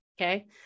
Okay